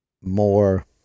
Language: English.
more